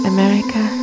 America